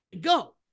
go